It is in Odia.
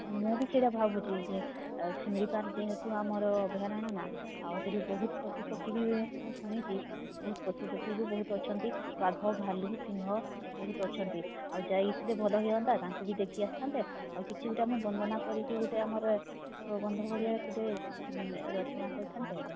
ମୁଁ ବି ସେଇଟା ଭାବୁଛି ଯେ ଶିମିଳିପାଳ ଯେହେତୁ ଆମର ଅଭୟାରଣ୍ୟ ନା ଆଉ ସେଇଠି ବହୁତ ପଶୁପକ୍ଷୀ ବି ମୁଁ ଶୁଣିଛି ବହୁତ ପଶୁପକ୍ଷୀ ବି ବହୁତ ଅଛନ୍ତି ବାଘ ଭାଲୁ ସିଂହ ବହୁତ ଅଛନ୍ତି ଆଉ ଯାଇଥିଲେ ଭଲ ହୁଅନ୍ତା ତାଙ୍କୁ ଦେଖି ଆସିଥାଆନ୍ତେ କିଛି ଗୋଟେ ଆମେ ବନ୍ଦନା କରିକି ଆମର ପ୍ରବନ୍ଧ ଭଲିଆ କିଛି ଗୋଟେ ରଚନା କରିଥାନ୍ତେ